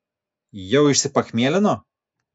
jau išsipachmielino